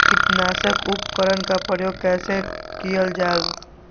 किटनाशक उपकरन का प्रयोग कइसे कियल जाल?